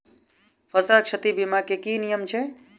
फसल क्षति बीमा केँ की नियम छै?